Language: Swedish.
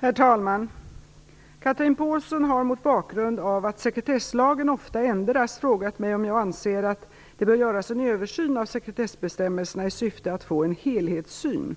Herr talman! Chatrine Pålsson har mot bakgrund av att sekretesslagen ofta ändras, frågat mig om jag anser att det bör göras en översyn av sekretessbestämmelserna i syfte att få en helhetssyn.